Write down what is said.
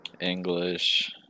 English